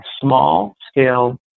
small-scale